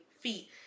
feet